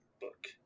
book